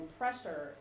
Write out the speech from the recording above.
pressure